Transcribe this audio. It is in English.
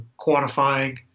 quantifying